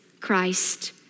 Christ